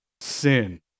sin